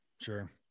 Sure